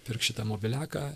pirk šitą mobiliaką